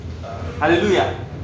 Hallelujah